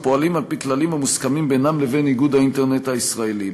הפועלים על-פי כללים המוסכמים בינם לבין איגוד האינטרנט הישראלי.